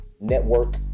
network